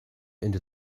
into